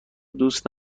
دوست